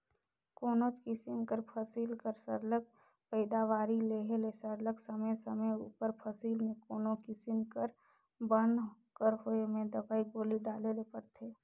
कोनोच किसिम कर फसिल कर सरलग पएदावारी लेहे ले सरलग समे समे उपर फसिल में कोनो किसिम कर बन कर होए में दवई गोली डाले ले परथे